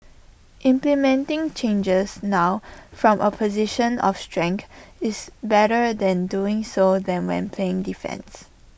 implementing changes now from A position of strength is better than doing so than when playing defence